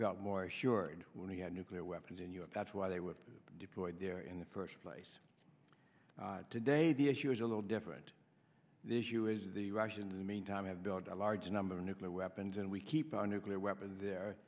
felt more assured when we had nuclear weapons in europe that's why they were deployed there in the first place today the issue is a little different this you is the russian the meantime have built a large number of nuclear weapons and we keep our nuclear weapons the